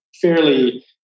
fairly